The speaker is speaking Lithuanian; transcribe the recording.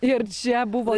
ir čia buvo